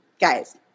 Guys